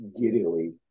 giddily